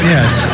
Yes